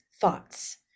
thoughts